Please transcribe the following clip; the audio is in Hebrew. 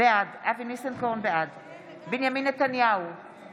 בעד בנימין נתניהו, אינו נוכח סונדוס